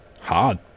hard